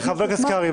חבר הכנסת קרעי,